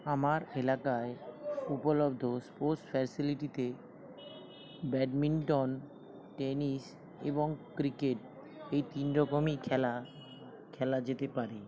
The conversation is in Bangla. আমার এলাকায় উপলব্ধ স্পোর্টস ফ্যাসিলিটিতে ব্যাডমিন্টন টেনিস এবং ক্রিকেট এই তিনরকমই খেলা খেলা যেতে পারে